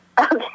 Okay